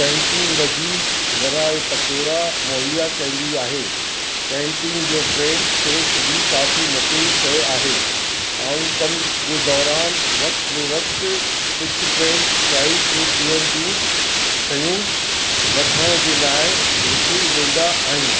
canteen लज़ीज़ु वड़ा ऐ पकौड़ा मुहैया कंदी आहे कैंटीन जो फ्रे़ंच टोस्ट बि काफ़ी मशहूरु शइ आहे आउं कम जे दौरान वक़्तु बि वक़्तु कुझु फ़्रेंच फ्राइज़ ऐं पीअण जूं शयूं वठण जे लाइ हितां वेंदा आहियूं